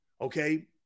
okay